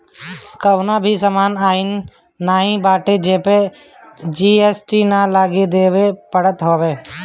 कवनो भी सामान अइसन नाइ बाटे जेपे जी.एस.टी ना देवे के पड़त हवे